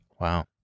Wow